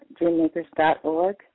DreamMakers.org